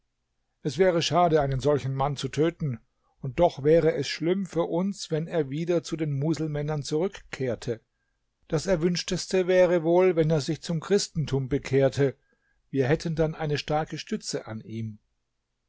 es wäre schade einen solchen mann zu töten und doch wäre es schlimm für uns wenn er wieder zu den muselmännern zurückkehrte das erwünschteste wäre wohl wenn er sich zum christentum bekehrte wir hätten dann eine starke stütze an ihm